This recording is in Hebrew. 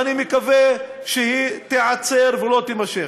ואני מקווה שהיא תיעצר ולא תימשך.